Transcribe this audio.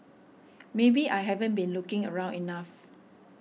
maybe I haven't been looking around enough